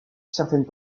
certaines